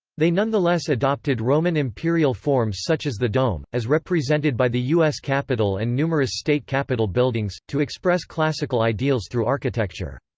they nonetheless adopted roman imperial forms such as the dome, as represented by the us capitol and numerous state capitol buildings, to express classical ideals through architecture.